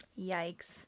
Yikes